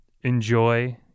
enjoy